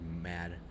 mad